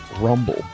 Rumble